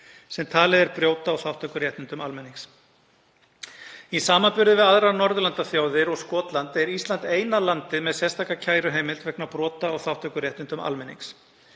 sem talið er brjóta á þátttökuréttindum almennings. Í samanburði við aðrar Norðurlandaþjóðir og Skotland er Ísland eina landið með sérstaka kæruheimild vegna brota á þátttökuréttindum almennings.